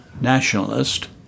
nationalist